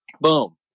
Boom